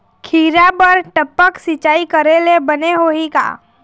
खिरा बर टपक सिचाई करे ले बने होही का?